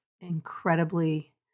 incredibly